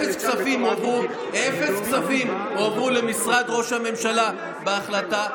אפס כספים הועברו למשרד ראש הממשלה בהחלטה.